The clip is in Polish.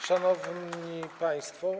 Szanowni Państwo!